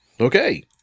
Okay